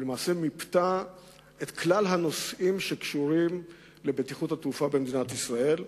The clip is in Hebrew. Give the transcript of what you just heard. ולמעשה מיפתה את כלל הנושאים שקשורים לבטיחות התעופה במדינת ישראל.